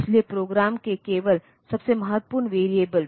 तो 80 मेनीमनॉनिक है